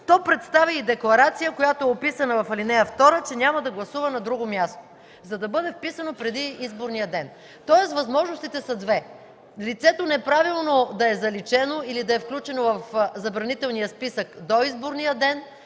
то представя и декларация, която е описана в ал. 2, че няма да гласува на друго място, за да бъде вписано преди изборния ден. Тоест възможностите са две – лицето неправилно да е заличено или да е включено в забранителния списък до изборния ден,